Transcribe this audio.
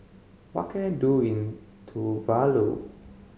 what can I do in Tuvalu